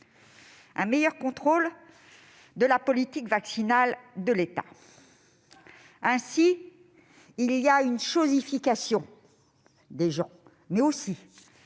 un meilleur contrôle de la politique vaccinale de l'État ? Ainsi, il y a une chosification des gens, mais aussi